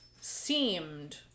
seemed